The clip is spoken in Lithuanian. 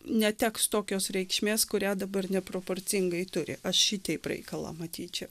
neteks tokios reikšmės kurią dabar neproporcingai turi aš šitaip reikalą matyčiau